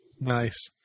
Nice